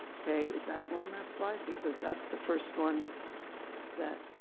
okay. is that on that slide, because that's the first one that.